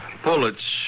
pullets